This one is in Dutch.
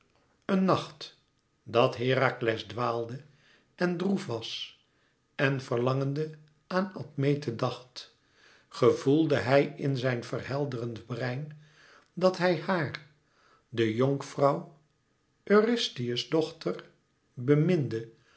een nacht dat herakles dwaalde en droef was en verlangende aan admete dacht gevoelde hij in zijn verhelderend brein dat hij haar de jonkvrouw eurystheus dochter